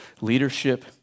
leadership